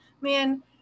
man